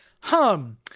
hum